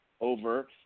over